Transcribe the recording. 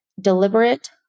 deliberate